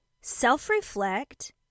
Self-reflect